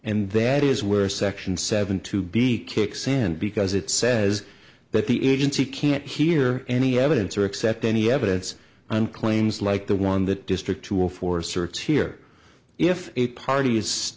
and that is where section seven to be kick sand because it says that the agency can't hear any evidence or accept any evidence and claims like the one that district tool for search here if a party is